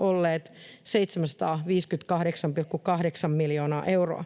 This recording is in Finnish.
olleet 758,8 miljoonaa euroa.